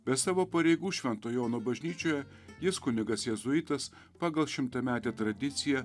be savo pareigų švento jono bažnyčioje jis kunigas jėzuitas pagal šimtametę tradiciją